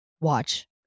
watch